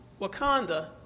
Wakanda